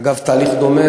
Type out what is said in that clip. אגב, תהליך דומה